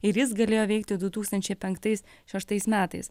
ir jis galėjo veikti du tūkstančiai penktais šeštais metais